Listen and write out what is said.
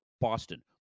Boston